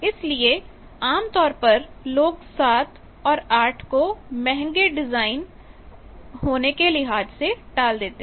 इसलिए आमतौर पर लोग साथ और 8 को महंगे होने के लिहाज से टाल देते हैं